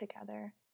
together